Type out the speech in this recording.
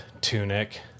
tunic